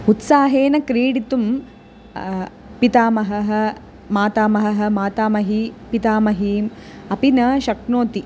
उत्साहेन क्रीडितुं पितामहः मातामहः मातामही पितामही अपि न शक्नोति